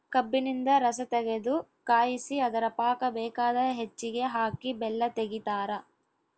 ಕಬ್ಬಿನಿಂದ ರಸತಗೆದು ಕಾಯಿಸಿ ಅದರ ಪಾಕ ಬೇಕಾದ ಹೆಚ್ಚಿಗೆ ಹಾಕಿ ಬೆಲ್ಲ ತೆಗಿತಾರ